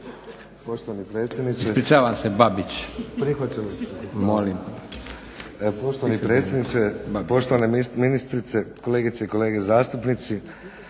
Poštovani predsjedniče, poštovane ministrice, kolegice i kolege zastupnici.